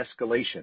escalation